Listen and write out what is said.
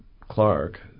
Clark